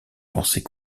pensait